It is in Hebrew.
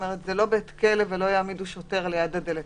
הרי זה לא בית כלא ולא יעמידו שוטר ליד הדלת.